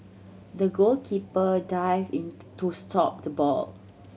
the goalkeeper dived into stop the ball